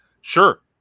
sure